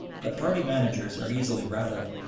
but party managers are easily rattled.